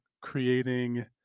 creating